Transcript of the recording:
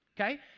okay